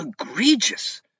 egregious